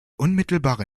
unmittelbare